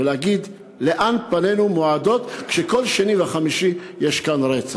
ולהגיד לאן פנינו מועדות כשכל שני וחמישי יש פה רצח.